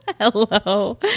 Hello